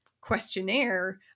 questionnaire